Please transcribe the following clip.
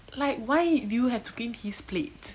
like why do you have to clean his plates